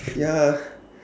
ya